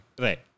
right